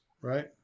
right